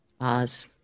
Oz